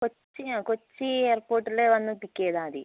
കൊച്ചിൻ ആണോ ആ കൊച്ചി എയർപോർട്ടിൽ വന്ന് പിക്ക് ചെയ്താൽമതി